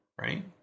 right